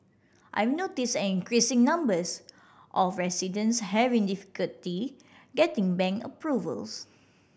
I've noticed an increasing number of residents having difficulty getting bank approvals